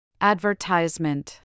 Advertisement